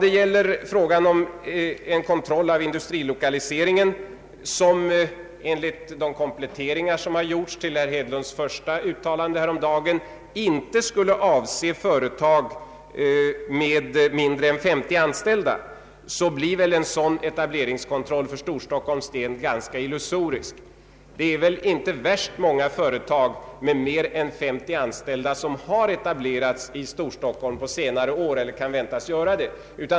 Vad gäller frågan om en kontroll av industrilokaliseringen, som enligt de kompletteringar som gjorts till herr Hedlunds första uttalande häromdagen inte skulle avse företag med mindre än 50 anställda, så blir en sådan etableringskontroll för Storstockholms del ganska illusorisk. Det är väl inte så värst många företag med mer än 50 anställda som har etablerats i Storstockholm på senare år eller kan väntas göra det.